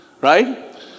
Right